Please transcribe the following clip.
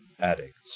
addicts